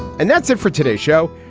and that's it for today's show.